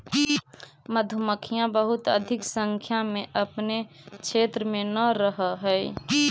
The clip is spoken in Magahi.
मधुमक्खियां बहुत अधिक संख्या में अपने क्षेत्र में न रहअ हई